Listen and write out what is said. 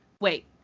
Wait